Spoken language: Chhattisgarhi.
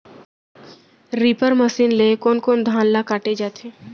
रीपर मशीन ले कोन कोन धान ल काटे जाथे?